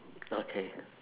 okay